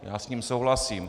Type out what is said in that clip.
Já s ním souhlasím.